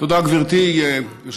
תודה, גברתי היושבת-ראש.